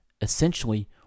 Essentially